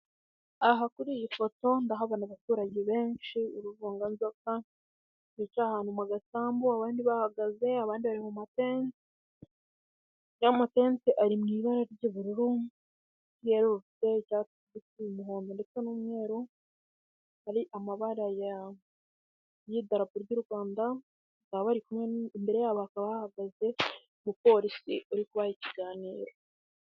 Aha kuri iyi foto ndahabona abaturage benshi buruvunganzoka bicaye ahantu mu gasambu abandi bahagaze abandi bari mu matente, yamatente ari mu ibara ry'ubururu, ryerurutse ryatwitiye umuhondo ndetse n'umweru hari amabara y'idarapo ry'u rwanda baba bari kumwe imbere yabo bakaba bahagaze umupolisi uri kuba ikiganiro.